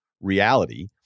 reality